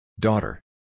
Daughter